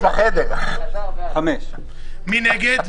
מי נגד?